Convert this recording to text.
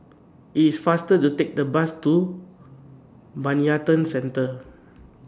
IT IS faster to Take The Bus to Bayanihan Centre